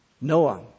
Noah